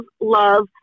love